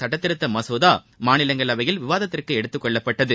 சுட்டத்திருத்த மசோதா மாநிலங்களவையில் விவாதத்திற்கு எடுத்துக்கொள்ளப்பட்டது